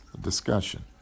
discussion